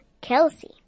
Kelsey